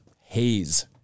haze